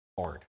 Hard